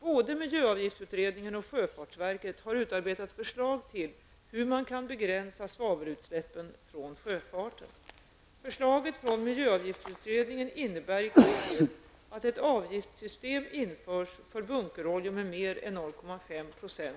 Både miljöavgiftsutredningen och sjöfartsverket har utarbetat förslag till hur man kan begränsa svavelutsläppen från sjöfarten.